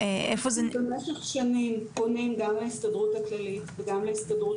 אנחנו במשך שנים פונים גם להסתדרות הכללית וגם להסתדרות